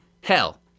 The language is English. hell